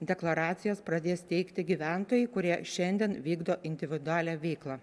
deklaracijas pradės teikti gyventojai kurie šiandien vykdo individualią veiklą